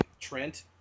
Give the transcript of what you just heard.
Trent